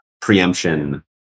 preemption